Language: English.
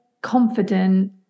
confident